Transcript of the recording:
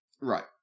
Right